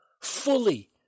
fully